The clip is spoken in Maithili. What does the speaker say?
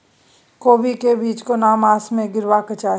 कोबी के बीज केना मास में गीरावक चाही?